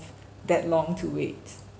that long to wait